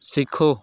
ਸਿੱਖੋ